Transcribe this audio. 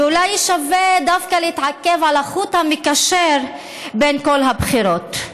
ואולי שווה דווקא להתעכב על החוט המקשר בין כל הבחירות.